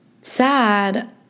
sad